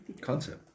concept